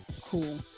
Cool